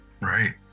Right